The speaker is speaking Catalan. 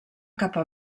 capa